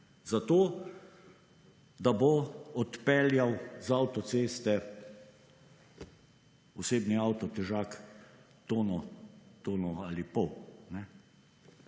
zato, da bo odpeljal z avtoceste osebni avto, težak tono, tono ali pol.